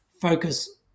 focus